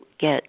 get